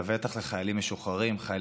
לבטח לחיילים משוחררים,